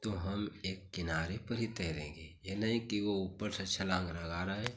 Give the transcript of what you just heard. तो हम एक किनारे पर ही तैरेंगे यह नहीं कि वह ऊपर से छलाँग लगा रहा है